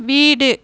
வீடு